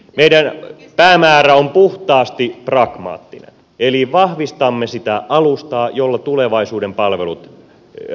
meidän päämäärämme on puhtaasti pragmaattinen eli vahvistamme sitä alustaa jolla tulevaisuuden palvelut rakennetaan